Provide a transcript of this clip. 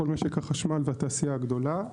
לכל משק החשמל והתעשייה הגדולה.